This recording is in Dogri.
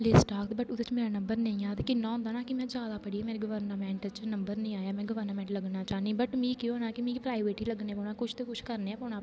लिस्ट औग ओहदे च मेरा नम्वर नेई औग किन्ना औंदा है ना कि में ज्यादा पढी मेरी गवर्नामेंट च नम्बर नेईं आया में गवर्नामेंट लग्गना चाहन्नी बट मि केह् होना कि में प्राइवेट ही लग्गना पौना कुछ ते कुछ करना गै पौना